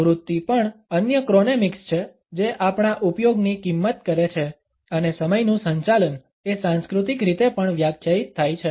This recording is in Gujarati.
પ્રવૃત્તિ પણ અન્ય ક્રોનેમિક્સ છે જે આપણા ઉપયોગની કિંમત કરે છે અને સમયનુ સંચાલન એ સાંસ્કૃતિક રીતે પણ વ્યાખ્યાયિત થાય છે